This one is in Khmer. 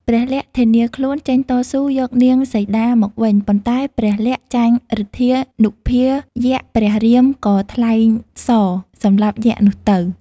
ព្រះលក្សណ៍ធានាខ្លួនចេញតស៊ូយកនាងសីតាមកវិញ ប៉ុន្តែព្រះលក្សណ៍ចាញ់ឫទ្ធានុភាយក្ស ព្រះរាមក៏ថ្លែងស សម្លាប់យក្សនោះទៅ។